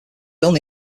only